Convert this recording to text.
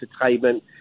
entertainment